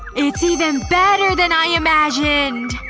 it's even better than i imagined!